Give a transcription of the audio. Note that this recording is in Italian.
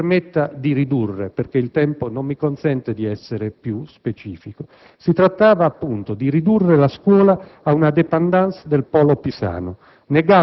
Mi permetta di sintetizzare perché il tempo non mi consente di essere più specifico: si trattava appunto di ridurre la scuola ad una *dépendance* del polo pisano,